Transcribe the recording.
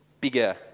bigger